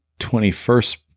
21st